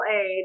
aid